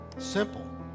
simple